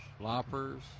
loppers